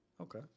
okay